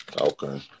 Okay